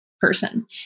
person